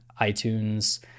iTunes